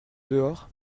dehors